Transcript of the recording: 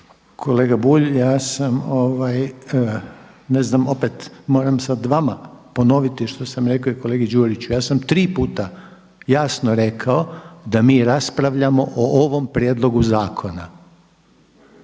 Kolega ja sam, ne znam moram opet sad vama ponoviti što sam rekao i kolegi Đujiću. Ja sam tri puta jasno rekao da mi raspravljamo o ovom prijedlogu zakona,